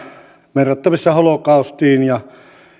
verrattavissa holokaustiin ja